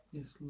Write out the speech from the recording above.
Yes